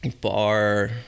bar